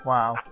Wow